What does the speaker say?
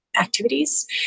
Activities